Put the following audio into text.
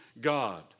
God